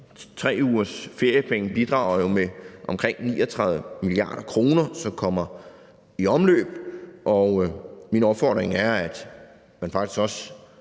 3 ugers feriepenge bidrager jo med omkring 39 mia. kr., som kommer i omløb, og min opfordring er, at man faktisk også